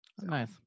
Nice